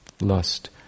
lust